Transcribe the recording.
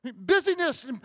Busyness